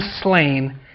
slain